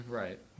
right